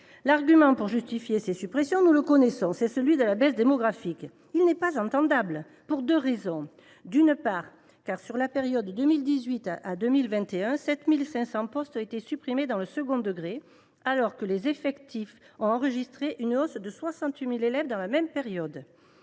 L’argument pour justifier ces suppressions, nous le connaissons : c’est celui de la baisse démographique. Or il n’est pas audible, pour deux raisons. D’une part, entre 2018 et 2021, 7 500 postes ont été supprimés dans le second degré, alors que les effectifs ont enregistré une hausse de 68 000 élèves dans la même période.